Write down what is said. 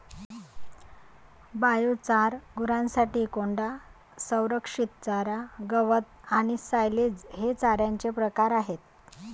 biochar, गुरांसाठी कोंडा, संरक्षित चारा, गवत आणि सायलेज हे चाऱ्याचे प्रकार आहेत